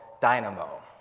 Dynamo